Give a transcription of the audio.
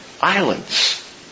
islands